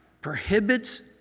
prohibits